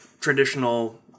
traditional